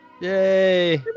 Yay